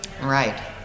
right